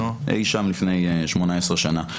אי שם לפני 18 שנים.